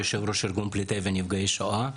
יושב ראש ארגון פליטי ונפגעי השואה.